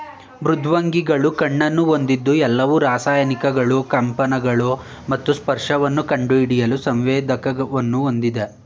ಮೃದ್ವಂಗಿಗಳು ಕಣ್ಣನ್ನು ಹೊಂದಿದ್ದು ಎಲ್ಲವು ರಾಸಾಯನಿಕಗಳು ಕಂಪನಗಳು ಮತ್ತು ಸ್ಪರ್ಶವನ್ನು ಕಂಡುಹಿಡಿಯಲು ಸಂವೇದಕವನ್ನು ಹೊಂದಿವೆ